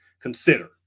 consider